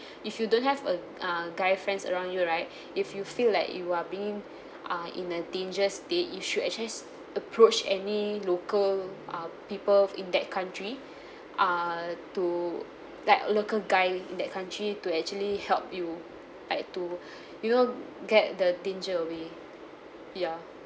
if you don't have a uh guy friends around you right if you feel like you are being uh in a dangerous day you should uh just approach any local uh people in that country err to like a local guy in that country to actually help you like to you know get the danger away ya